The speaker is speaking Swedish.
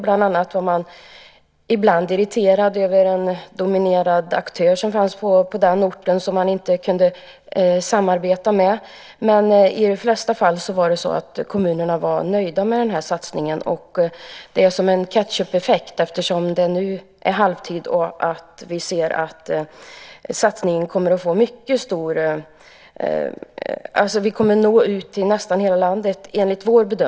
Bland annat var man ibland irriterad över en dominerande aktör som fanns på orten och som man inte kunde samarbeta med. I de flesta fall var dock kommunerna nöjda med den här satsningen. Det är som en ketchupeffekt. Nu är det halvtid, och vi ser att vi, enligt vår bedömning, kommer att nå ut till nästan hela landet.